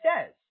says